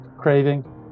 craving